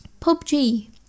PUBG